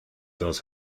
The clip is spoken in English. does